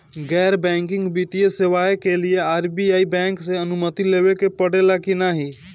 गैर बैंकिंग वित्तीय सेवाएं के लिए आर.बी.आई बैंक से अनुमती लेवे के पड़े ला की नाहीं?